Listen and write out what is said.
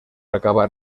acabar